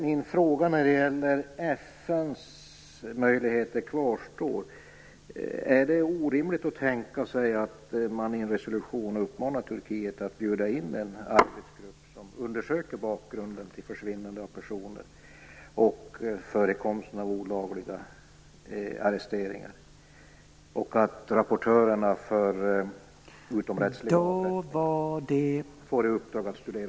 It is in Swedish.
Min fråga när det gäller FN:s möjligheter kvarstår. Är det orimligt att tänka sig att i en resolution uppmana Turkiet att bjuda in en arbetsgrupp som undersöker bakgrunden till försvinnande av personer och förekomsten av olagliga arresteringar?